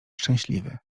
szczęśliwy